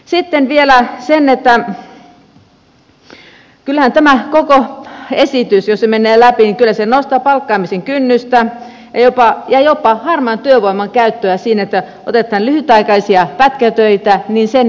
sitten on vielä se että kyllähän tämä koko esitys jos se menee läpi nostaa palkkaamisen kynnystä ja jopa harmaan työvoiman käyttöä otetaan lyhytaikaisia pätkätyöntekijöitä